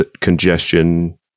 congestion